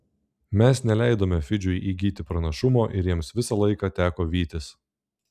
mes neleidome fidžiui įgyti pranašumo ir jiems visą laiką teko vytis